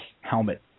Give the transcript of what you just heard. helmet